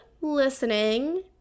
listening